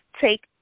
Take